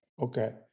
Okay